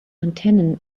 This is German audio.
antennen